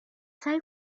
سعی